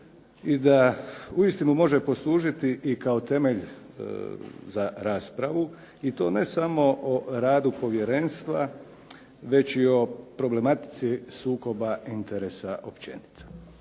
i da uistinu može poslužiti i kao temelj za raspravu i to ne samo o radu povjerenstva, već i o problematici sukoba interesa općenito.